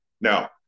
Now